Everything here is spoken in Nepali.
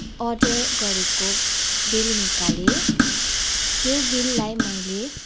अर्डर गरेको बिल निकालेँ त्यो बिललाई मैले